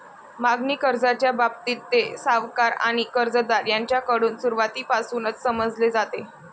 मागणी कर्जाच्या बाबतीत, ते सावकार आणि कर्जदार यांच्याकडून सुरुवातीपासूनच समजले जाते